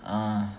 ah